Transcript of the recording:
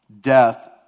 death